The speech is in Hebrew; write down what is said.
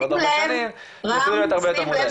אבל עוד הרבה שנים יוכלו להיות הרבה יותר מודעים.